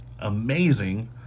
amazing